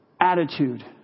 attitude